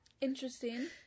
Interesting